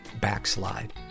backslide